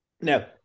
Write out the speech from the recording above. now